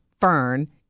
Fern